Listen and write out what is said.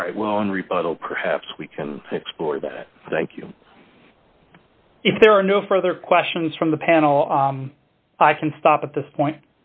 all right well in rebuttal perhaps we can explore that thank you if there are no further questions from the panel i can stop at this point